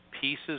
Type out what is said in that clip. pieces